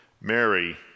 Mary